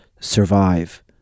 survive